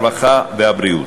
הרווחה והבריאות.